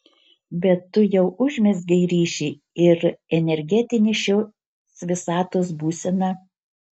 bet tu jau užmezgei ryšį ir energetinė šios visatos būsena